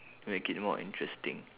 make it more interesting